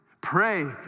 pray